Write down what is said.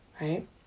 Right